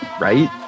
right